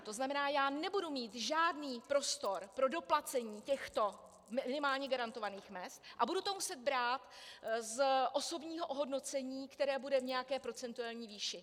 To znamená, já nebudu mít žádný prostor pro doplacení těchto minimálních garantovaných mezd a budu to muset brát z osobního ohodnocení, které bude v nějaké procentuální výši.